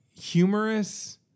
humorous